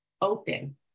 open